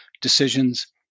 decisions